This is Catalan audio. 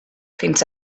fins